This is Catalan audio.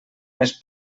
més